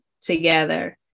together